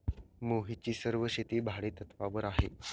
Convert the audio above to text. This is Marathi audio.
मोहितची सर्व शेती भाडेतत्वावर आहे